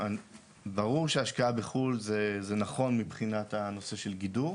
ברור שהשקעה בחו"ל זה נכון מבחינת הנושא של גידור,